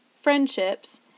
friendships